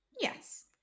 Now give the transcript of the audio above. Yes